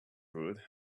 wood